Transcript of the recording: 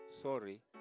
Sorry